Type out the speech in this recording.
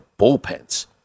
bullpens